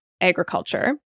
agriculture